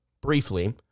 briefly